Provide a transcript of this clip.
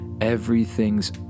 everything's